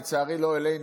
לצערי לא אלינו,